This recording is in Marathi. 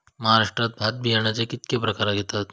महाराष्ट्रात भात बियाण्याचे कीतके प्रकार घेतत?